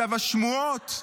השמועות: